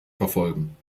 verfolgen